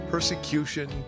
Persecution